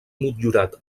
motllurat